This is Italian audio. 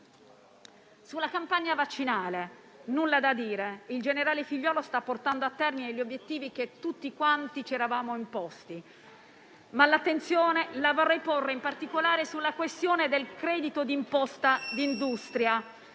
Sulla campagna vaccinale, nulla da dire. Il generale Figliuolo sta portando a termine gli obiettivi che tutti quanti ci eravamo imposti. Io, però, vorrei porre l'attenzione, in particolare, sulla questione del credito di imposta di industria: